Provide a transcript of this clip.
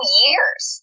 years